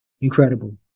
Incredible